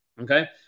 Okay